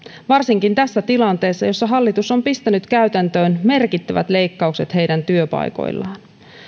varsinkin tässä tilanteessa jossa hallitus on pistänyt käytäntöön merkittävät leikkaukset heidän työpaikoillaan